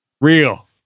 real